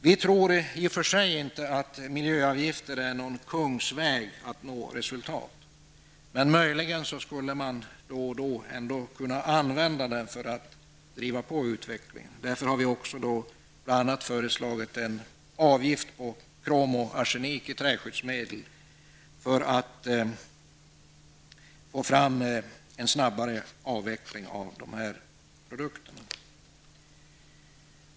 Vi tror i och för sig inte att miljöavgifter är någon kungsväg för att nå resultat. Men man kan möjligen ändå då och då använda den vägen för att driva på utvecklingen. Vi har därför bl.a. föreslagit en avgift på krom och arsenik i träskyddsmedel för att uppnå en snabbare avveckling av dessa produkter.